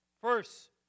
first